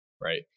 Right